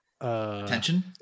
attention